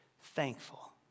thankful